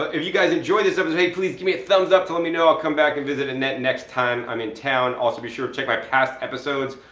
if you guys enjoyed this episode hey please give me thumbs up to let me know. i'll come back and visit annette next time i'm in town. also be sure to check my past episodes.